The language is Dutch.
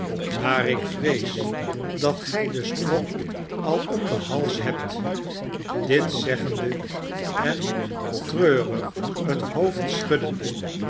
maar ik vrees dat gij den strop al om den hals hebt dit zeggende en treurig het hoofd schuddende